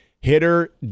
Hitter